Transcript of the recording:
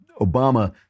Obama